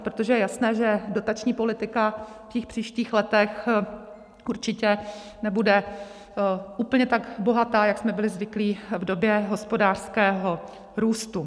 Protože je jasné, že dotační politika v těch příštích letech určitě nebude úplně tak bohatá, jak jsme byli zvyklí v době hospodářského růstu.